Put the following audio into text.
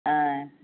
ஆ